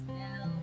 now